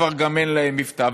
כבר אין להם מבטא.